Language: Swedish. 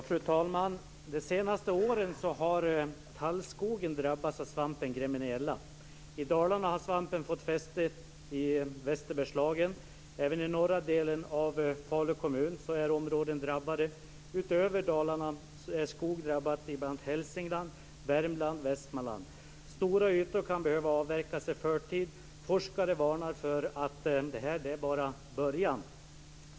Fru talman! De senaste åren har tallskogen drabbats av svampen gremmeniella. I Dalarna har svampen fått fäste i Västerbergslagen. Även i norra delen av Falu kommun är områden drabbade. Utöver Dalarna är skog drabbad i bl.a. Hälsingland, Värmland och Västmanland. Stora ytor kan behöva avverkas i förtid. Forskare varnar för att detta bara är början.